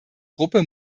gruppe